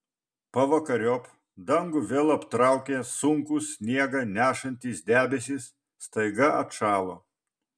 pavakariop dangų vėl aptraukė sunkūs sniegą nešantys debesys staiga atšalo